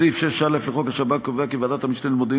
סעיף 6(א) לחוק השב"כ קובע כי "ועדת המשנה למודיעין